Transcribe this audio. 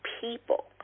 people